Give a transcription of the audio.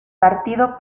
partido